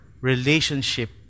relationship